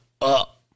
up